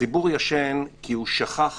הציבור ישן כי הוא שכח